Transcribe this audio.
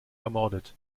ermordet